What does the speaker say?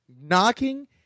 knocking